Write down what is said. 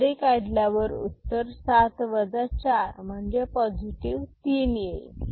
carry काढल्यावर उत्तर 7 4 म्हणजे पॉझिटिव्ह 3 येईल